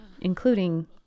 including